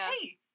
hey